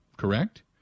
correct